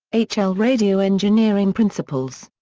h. l. radio engineering principles.